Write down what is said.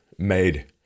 made